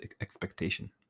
expectation